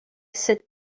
sit